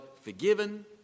forgiven